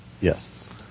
Yes